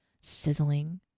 sizzling